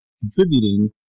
contributing